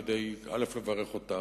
כדי לברך אותך.